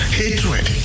hatred